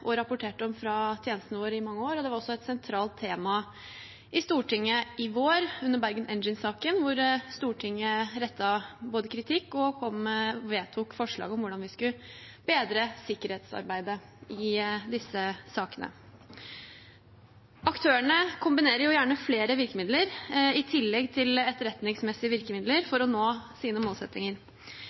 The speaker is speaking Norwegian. og rapportert om fra tjenestene våre i mange år. Det var også et sentralt tema i Stortinget i vår, under Bergen Engines-saken, da Stortinget både rettet kritikk og vedtok forslag om hvordan vi skal bedre sikkerhetsarbeidet i disse sakene. Aktørene kombinerer jo gjerne flere virkemidler i tillegg til etterretningsmessige virkemidler for å nå sine målsettinger.